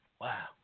Wow